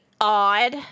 odd